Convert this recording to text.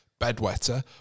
bedwetter